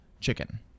chicken